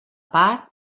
part